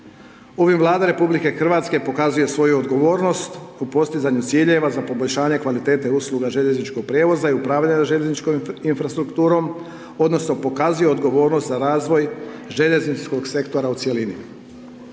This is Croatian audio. Ovim Vlada RH pokazuje svoju odgovornost u postizanju ciljeva za poboljšanje kvalitete usluga željezničkog prijevoza i upravljanja željezničkom infrastrukturom odnosno pokazuje odgovornost za razvoj željezničkog sektora u cjelini.